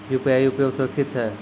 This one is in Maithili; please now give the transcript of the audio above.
यु.पी.आई उपयोग सुरक्षित छै?